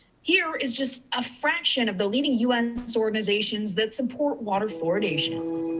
here is just a fraction of the leading u s organizations that support water fluoridation.